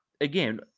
again